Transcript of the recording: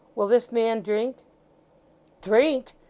will this man drink drink!